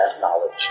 knowledge